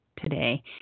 today